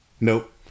Nope